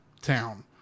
town